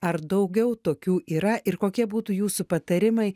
ar daugiau tokių yra ir kokie būtų jūsų patarimai